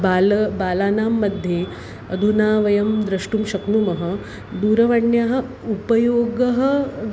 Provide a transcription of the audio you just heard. बालानां बालानां मध्ये अधुना वयं द्रष्टुं शक्नुमः दूरवाण्याः उपयोगः